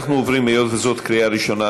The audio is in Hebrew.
היות שזאת קריאה ראשונה,